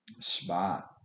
spot